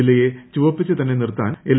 ജില്ലയെ ചുവപ്പിച്ചു തന്നെ നിർത്താൻ എൽ